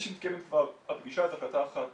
מתקיימת כבר החלטה אחת